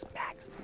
max.